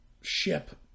ship